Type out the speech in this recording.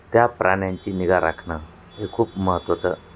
त्या प्राण्यांची निगा राखणं हे खूप महत्त्वाचं